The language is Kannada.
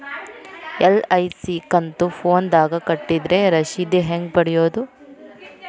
ಎಲ್.ಐ.ಸಿ ಕಂತು ಫೋನದಾಗ ಕಟ್ಟಿದ್ರ ರಶೇದಿ ಹೆಂಗ್ ಪಡೆಯೋದು?